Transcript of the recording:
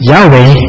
Yahweh